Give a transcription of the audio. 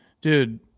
dude